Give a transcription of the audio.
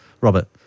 Robert